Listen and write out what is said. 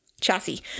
Chassis